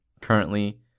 currently